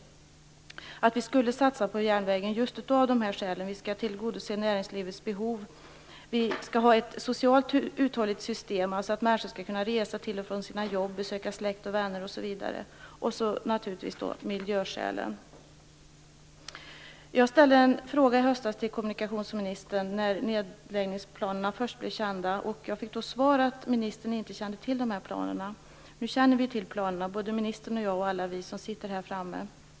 Vi skulle satsa på järnvägen just på grund av dessa skäl. Vi skall tillgodose näringslivets behov. Vi skall ha ett socialt uthålligt system så att människor skall kunna resa till och från sina jobb, besöka släkt och vänner, osv. Därtill kommer naturligtvis miljöskälen. Jag ställde i höstas en fråga till kommunikationsministern när nedläggningsplanerna först blev kända. Jag fick då till svar att ministern inte kände till planerna. Nu känner vi till planerna, ministern, jag, och alla vi som sitter här framme.